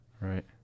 Right